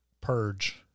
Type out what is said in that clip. purge